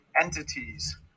entities